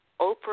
Oprah